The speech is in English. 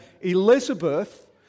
Elizabeth